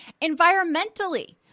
Environmentally